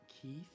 Keith